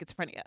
schizophrenia